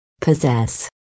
Possess